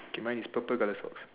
okay mine is purple colour socks